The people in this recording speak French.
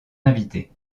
invités